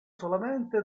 solamente